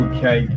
Okay